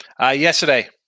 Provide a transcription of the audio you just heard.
Yesterday